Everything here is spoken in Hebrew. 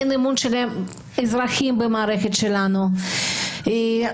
אין אמון של האזרחים במערכת שלנו והציבור